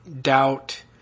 doubt